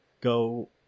go